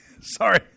Sorry